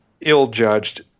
ill-judged